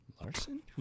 Larson